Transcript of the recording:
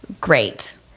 Great